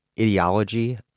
ideology